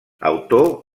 autor